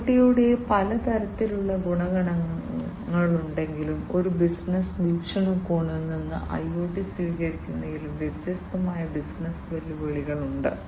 IoT യുടെ പല തരത്തിലുള്ള ഗുണങ്ങളുണ്ടെങ്കിലും ഒരു ബിസിനസ്സ് വീക്ഷണകോണിൽ നിന്ന് IoT സ്വീകരിക്കുന്നതിലും വ്യത്യസ്തമായ ബിസിനസ്സ് വെല്ലുവിളികൾ ഉണ്ട്